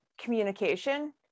communication